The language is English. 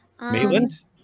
Maitland